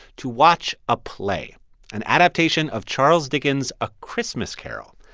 to watch a play an adaptation of charles dickens' a christmas carol.